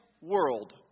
world